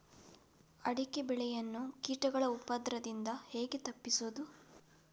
ಅಡಿಕೆ ಬೆಳೆಯನ್ನು ಕೀಟಗಳ ಉಪದ್ರದಿಂದ ಹೇಗೆ ತಪ್ಪಿಸೋದು?